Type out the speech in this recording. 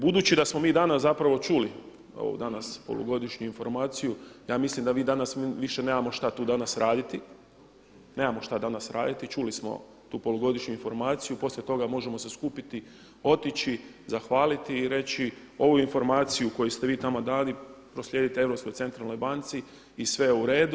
Budući da smo mi danas zapravo čuli ovo danas polugodišnju informaciju ja mislim da mi danas više nemamo šta tu raditi, nemamo šta danas raditi i čuli smo tu polugodišnju informaciju, poslije toga možemo se skupiti, otići, zahvaliti i reći ovu informaciju koju ste vi tamo dali proslijediti Europskoj centralnoj banci i sve je u redu.